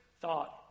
thought